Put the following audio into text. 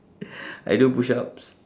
I do push-ups